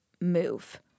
move